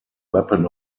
weapon